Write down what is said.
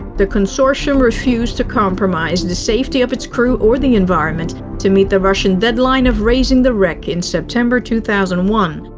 the consortium refused to compromise the safety of its crews or the environment to meet the russian deadline of raising the wreck in september two thousand and one.